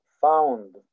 found